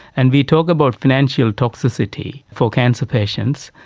and we talk about financial toxicity for cancer patients,